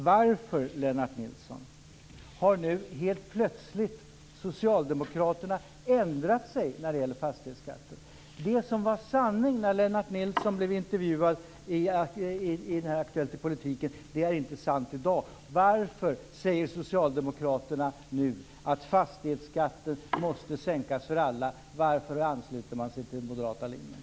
Varför, Lennart Nilsson, har Socialdemokraterna nu helt plötsligt ändrat sig när det gäller fastighetsskatten? Det som var sanning när Lennart Nilsson blev intervjuad i Aktuellt i Politiken är inte sant i dag. Varför säger Socialdemokraterna nu att fastighetsskatten måste sänkas för alla? Varför ansluter man sig till den moderata linjen?